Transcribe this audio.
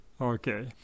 Okay